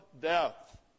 death